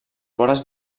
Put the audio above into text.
vores